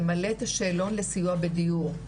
למלא את השאלון לסיוע בדיור,